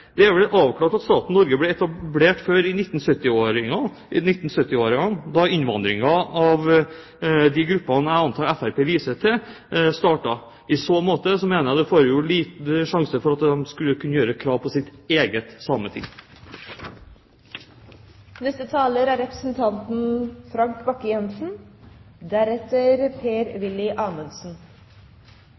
Det er vel avklart at staten Norge ble etablert før 1970-årene, da innvandringen av de gruppene jeg antar Fremskrittspartiet viser til, startet. I så måte mener jeg det er liten sjanse for at de skal kunne gjøre krav på sitt eget «sameting». Som finnmarking er